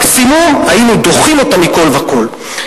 מקסימום היינו דוחים אותה מכול וכול,